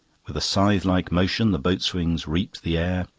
with a scythe-like motion the boat-swings reaped the air,